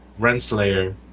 Renslayer